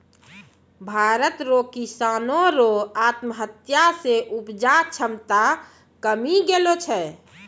भारत रो किसानो रो आत्महत्या से उपजा क्षमता कमी गेलो छै